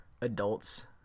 adults